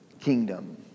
kingdom